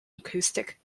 acoustic